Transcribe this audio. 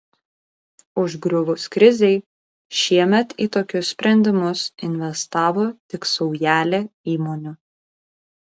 užgriuvus krizei šiemet į tokius sprendimus investavo tik saujelė įmonių